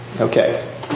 Okay